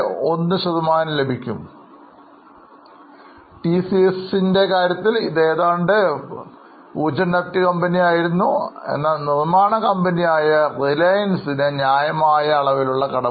61 ശതമാനം ലഭിക്കും ടിസിഎസ്ൻറെ കാര്യത്തിൽ ഇത് ഏതാണ്ട് 0 Debt കമ്പനിയായിരുന്നു എന്നാൽ ഒരു നിർമാണ കമ്പനിയായ റിലയൻസിന് ന്യായമായ അളവിലുള്ള കടമുണ്ട്